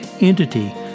entity